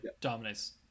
dominates